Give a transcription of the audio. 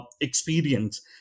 experience